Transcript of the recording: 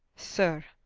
sir,